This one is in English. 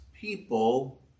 people